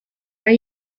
are